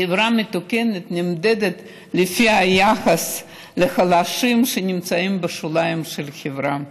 חברה מתוקנת נמדדת לפי היחס לחלשים שנמצאים בשוליים של החברה.